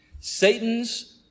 Satan's